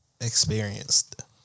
Experienced